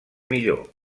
millor